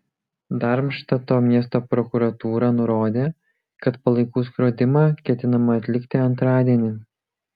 darmštato miesto prokuratūra nurodė kad palaikų skrodimą ketinama atlikti antradienį